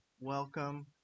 Welcome